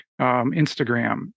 Instagram